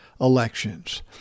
elections